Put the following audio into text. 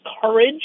courage